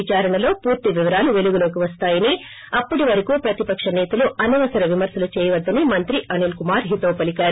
విదారణలో పూర్తి వివరాలు వెలుగులోకి వస్తాయని అప్పటి వరకూ ప్రతిపక్ష సేతలు అనవసర విమర్పలు చేయవద్దని మంత్రి అనిల్ కుమార్ హితవు పలికారు